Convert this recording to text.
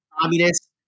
communist